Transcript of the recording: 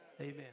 Amen